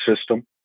system